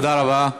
תודה רבה.